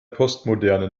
postmoderne